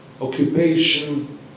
occupation